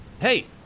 Hey